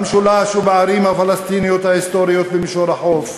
במשולש ובערים הפלסטיניות ההיסטוריות במישור החוף.